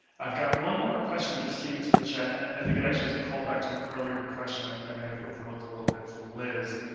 i've got one more question that just came into the chat and i think it actually has a call back to an earlier question. i may have overlooked a little bit from liz.